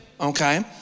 okay